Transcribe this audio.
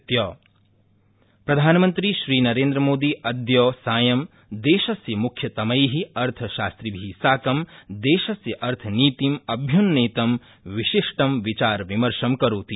प्रधानमंत्री प्रधानमंत्री श्रीनरेन्द्रमोदी अद्य सायं देशस्य मुख्यतमै अर्थशात्रिभि साकं देशस्य अर्थनीतिम अभ्यन्नेतं विशिष्टं विचारविमर्शं करोति